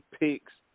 picks